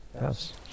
yes